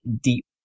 deep